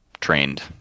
trained